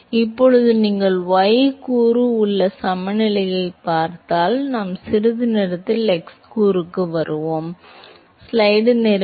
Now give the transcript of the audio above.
எனவே இப்போது நீங்கள் y கூறு உந்த சமநிலையைப் பார்த்தால் நாம் சிறிது நேரத்தில் x கூறுக்கு வருவோம்